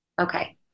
Okay